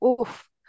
oof